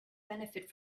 benefit